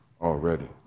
already